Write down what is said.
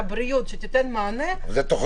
לא.